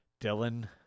Dylan